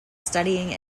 studying